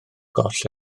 goll